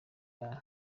bar